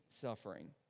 suffering